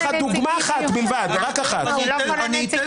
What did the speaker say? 22:15. אבל זה לא אישון